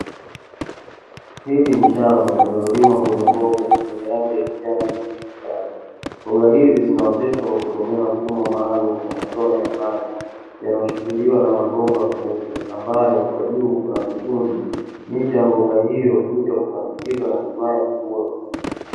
Hili ni shamba linalolima mbogamboga zenye rangi ya kijani kikavu. Mboga hizi zinaoteshwa kwa kutumia mfumo maalumu wa matone ya maji, yanayoshikiliwa na mabomba meupe ambayo kwa juu kuna vitundu, licha ya mboga hiyo kuja kupandikizwa na hatimaye kukua.